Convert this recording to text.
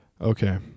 Okay